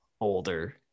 older